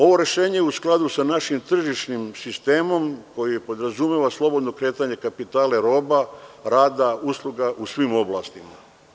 Ovo rešenje je u skladu sa našim tržišnim sistemom koji podrazumeva slobodno kretanje kapitala i roba, rada, usluga u svim oblastima.